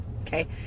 okay